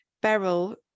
Beryl